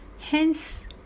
Hence